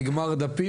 אז נגמר דפים,